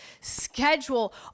schedule